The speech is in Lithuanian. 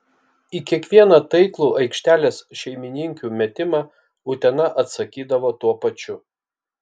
į kiekvieną taiklų aikštelės šeimininkių metimą utena atsakydavo tuo pačiu